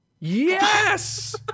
yes